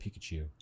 Pikachu